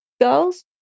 girls